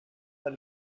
had